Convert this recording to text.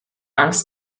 angst